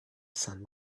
sun